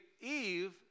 Eve